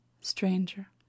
Stranger